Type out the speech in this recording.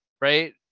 right